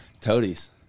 toadies